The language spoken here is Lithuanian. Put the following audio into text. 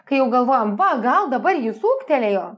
kai jau galvojam gal dabar jis ūgtelėjo